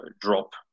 drop